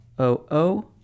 OO